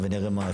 זה אותו